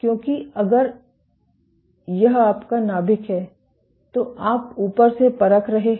क्योंकि अगर यह आपका नाभिक है तो आप ऊपर से परख रहे हैं